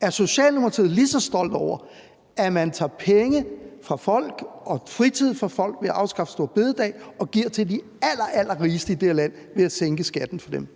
Er Socialdemokratiet lige så stolt over, at man tager penge fra folk og fritid fra folk ved at afskaffe store bededag og giver dem til de allerallerrigeste i det her land ved at sænke skatten for dem?